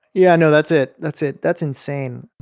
yeah, no that's it. that's it. that's insane